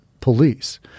police